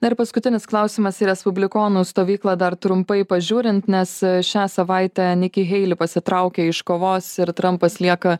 na ir paskutinis klausimas į respublikonų stovyklą dar trumpai pažiūrint nes šią savaitę niki heili pasitraukė iš kovos ir trampas lieka